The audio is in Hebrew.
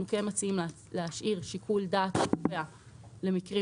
אנחנו כן מציעים להשאיר שיקול דעת קובע למקרים